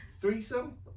threesome